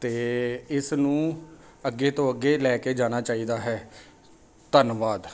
ਅਤੇ ਇਸ ਨੂੰ ਅੱਗੇ ਤੋਂ ਅੱਗੇ ਲੈ ਕੇ ਜਾਣਾ ਚਾਹੀਦਾ ਹੈ ਧੰਨਵਾਦ